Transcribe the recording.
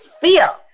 feel